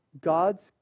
God's